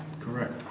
Correct